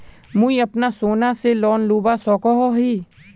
मुई अपना सोना से लोन लुबा सकोहो ही?